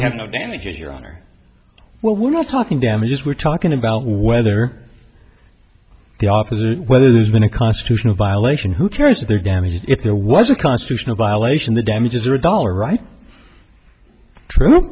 have no damages your honor well we're not talking damages we're talking about whether the opposite whether there's been a constitutional violation who carries their damages if there was a constitutional violation the damages are a dollar right